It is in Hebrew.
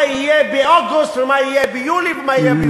יהיה באוגוסט ומה יהיה ביולי ומה יהיה,